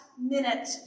minute